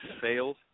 sales